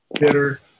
bitter